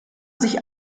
sich